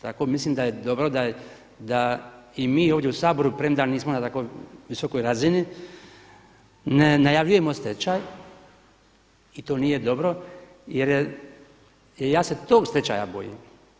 Tako mislim da je dobro da i mi ovdje u Saboru premda nismo na tako visokoj razini najavljujemo stečaj i to nije dobro jer ja se tog stečaja bojim.